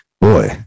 boy